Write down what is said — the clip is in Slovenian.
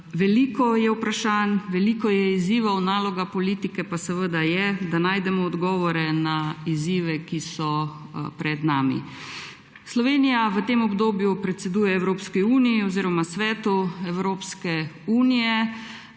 Veliko je vprašanj, veliko je izzivov, naloga politike pa je, da najdemo odgovore na izzive, ki so pred nami. Slovenija v tem obdobju predseduje Evropski uniji oziroma Svetu Evropske unije.